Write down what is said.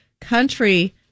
country